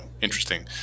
interesting